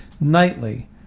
nightly